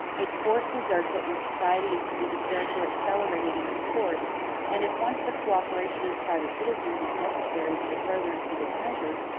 its force deserts it when society is to be disturbed or accelerated in its course and if once the co-operation of private citizens is necessary to the furtherance of its measures,